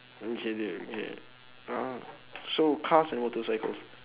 okay there we're uh so cars and motorcycles